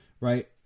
right